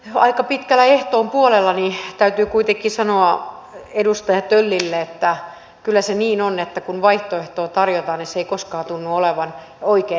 vaikka ilta on jo aika pitkällä ehtoon puolella niin täytyy kuitenkin sanoa edustaja töllille että kyllä se niin on että kun vaihtoehtoa tarjotaan niin se ei koskaan tunnu olevan oikein sammutettu